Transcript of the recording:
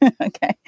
okay